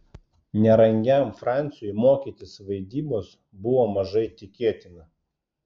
nerangiam fransiui mokytis vaidybos buvo mažai tikėtina